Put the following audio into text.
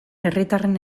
herritarren